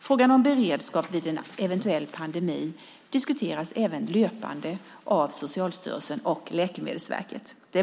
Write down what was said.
Frågan om beredskap vid en eventuell pandemi diskuteras även löpande av Socialstyrelsen och Läkemedelsverket.